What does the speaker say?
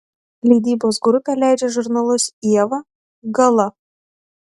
leidybos grupė leidžia žurnalus ieva gala